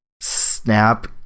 snap